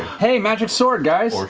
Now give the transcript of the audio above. hey, magic sword, guys.